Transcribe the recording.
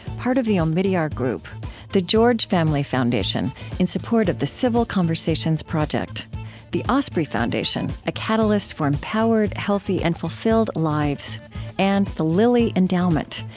part of the omidyar group the george family foundation, in support of the civil conversations project the osprey foundation a catalyst for empowered, healthy, and fulfilled lives and the lilly endowment,